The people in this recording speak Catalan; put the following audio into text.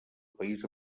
país